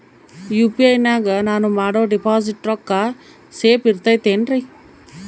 UPI ನಾಗ ನಾನು ಮಾಡೋ ಡಿಪಾಸಿಟ್ ರೊಕ್ಕ ಸೇಫ್ ಇರುತೈತೇನ್ರಿ?